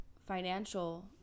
financial